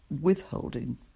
withholding